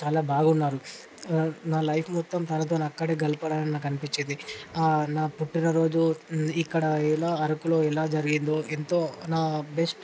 చాలా బాగున్నారు నా లైఫ్ మొత్తం తనతోనే అక్కడ గలపడాలని నాకు అనిపించింది నా పుట్టినరోజు ఇక్కడ ఎలా అరకులో ఎలా జరిగిందో ఎంత నా బెస్ట్